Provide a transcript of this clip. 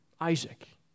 Isaac